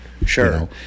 Sure